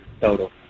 total